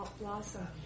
blossom